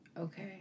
Okay